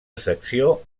secció